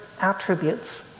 attributes